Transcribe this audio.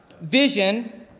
vision